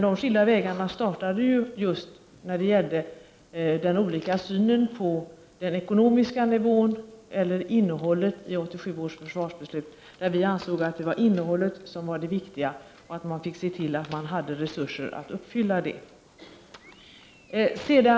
De skilda vägarna startade ju just med den olika synen på den ekonomiska nivån eller innehållet i 1987 års försvarsbeslut, där vi ansåg att innehållet var det viktiga och att man fick se till att ha resurser att uppfylla det.